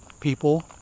people